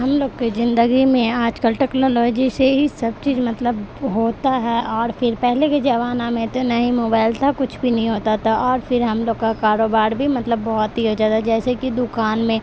ہم لوگ کی زندگی میں آج کل ٹیکنالوجی سے ہی سب چیز مطلب ہوتا ہے اور پھر پہلے کے زمانہ میں تو نہ ہی موبائل تھا کچھ بھی نہیں ہوتا تھا اور پھر ہم لوگ کا کاروبار بھی مطلب بہت ہی زیادہ جیسے کہ دکان میں